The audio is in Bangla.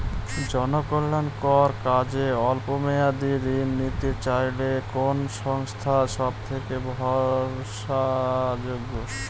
জনকল্যাণকর কাজে অল্প মেয়াদী ঋণ নিতে চাইলে কোন সংস্থা সবথেকে ভরসাযোগ্য?